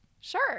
Sure